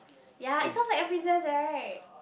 ya it sounds like a princess right